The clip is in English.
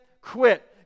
quit